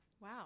wow